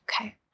Okay